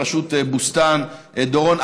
בראשות בוסתן דורון,